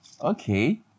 Okay